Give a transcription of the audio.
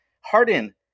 Harden